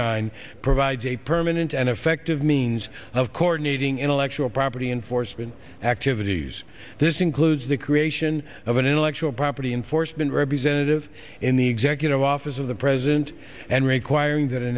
nine provides a permanent and effective means of coronating intellectual property enforcement activities this includes the creation of an intellectual property enforcement representative in the executive office of the president and requiring that a